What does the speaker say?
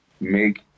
make